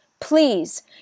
please